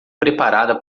preparada